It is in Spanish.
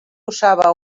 usaba